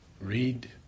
read